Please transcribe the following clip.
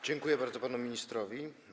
Dziękuję bardzo panu ministrowi.